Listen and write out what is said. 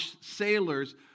sailors